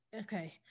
Okay